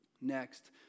Next